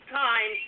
time